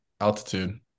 altitude